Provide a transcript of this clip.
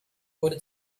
wurde